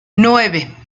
nueve